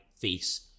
face